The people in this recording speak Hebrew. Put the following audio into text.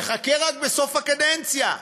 ייחקר רק בסוף הקדנציה.